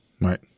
Right